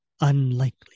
Unlikely